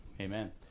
amen